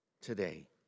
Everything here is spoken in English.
today